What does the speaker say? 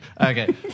Okay